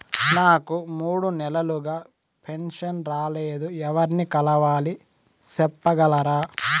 నాకు మూడు నెలలుగా పెన్షన్ రాలేదు ఎవర్ని కలవాలి సెప్పగలరా?